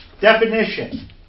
Definition